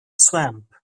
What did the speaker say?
swamp